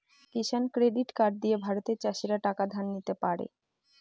কিষান credit card দিয়ে ভারতের চাষীরা টাকা ধার নিতে পারে